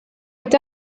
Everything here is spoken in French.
est